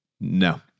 No